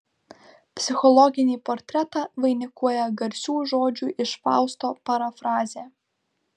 psichologinį portretą vainikuoja garsių žodžių iš fausto parafrazė